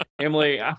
Emily